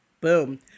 Boom